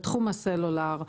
בתחום הסלולר,